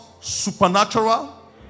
supernatural